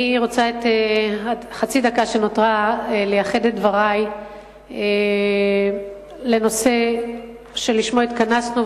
אני רוצה בחצי הדקה שנותרה לייחד את דברי לנושא שלשמו התכנסנו,